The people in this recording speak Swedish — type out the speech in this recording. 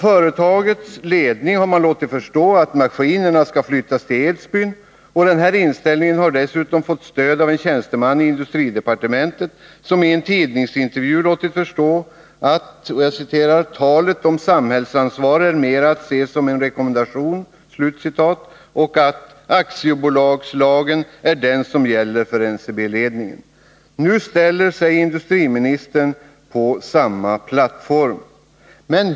Företagets ledning har låtit förstå att maskinerna skall flyttas till Edsbyn. Den här inställningen har dessutom fått stöd av en tjänsteman i industridepartementet, som enligt en tidningsintervju anser att ”talet om samhällsansvar är mera att se som en rekommendation” och att ”aktiebolagslagen är den som gäller för NCB-ledningen”. Nu ställer sig industriministern på samma plattform.